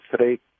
today